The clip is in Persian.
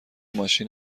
ماشین